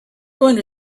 going